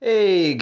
Hey